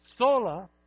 Sola